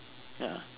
ya